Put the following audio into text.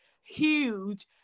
huge